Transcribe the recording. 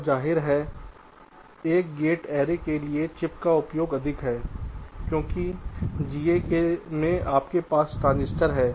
तो जाहिर है एक गेट ऐरे के लिए चिप का उपयोग अधिक है क्योंकि GA में आपके पास ट्रांजिस्टर हैं